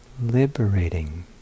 liberating